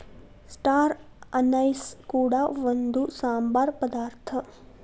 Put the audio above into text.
star anise ಕೂಡ ಒಂದು ಸಾಂಬಾರ ಪದಾರ್ಥ